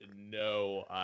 no